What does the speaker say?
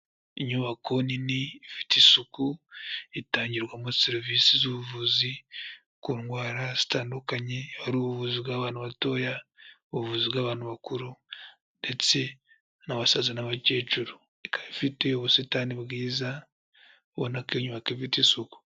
Inyubako nini ifite isuku, itangirwamo serivisi z'ubuvuzi ku ndwara zitandukanye, hari ubuvuzi bw'abantu batoya, ubuvuzi bw'abantu bakuru ndetse n'abasaza n'abakecuru. Ikaba ifite ubusitani bwiza ubona ko iyo nyubako ifite isuku.